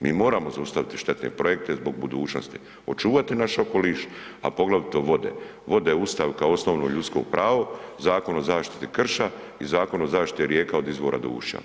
Mi moramo zaustaviti štetne projekte zbog budućnosti, očuvati naš okoliš, a poglavito vode, vode u Ustav kao osnovno ljudsko pravo, Zakon o zaštiti krša i Zakon o zaštiti rijeka od izvora do ušća.